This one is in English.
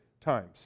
times